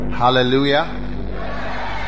hallelujah